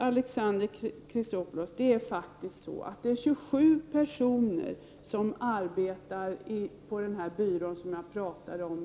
Alexander Chrisopoulos! 27 personer arbetar faktiskt med invandrarpolitiska frågor på den byrå som jag talade om.